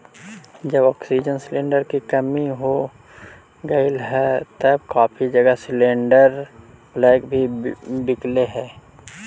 जब oxygen cylinder की कमी हो गईल हल तब काफी जगह सिलेंडरस ब्लैक में बिकलई हल